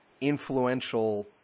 influential –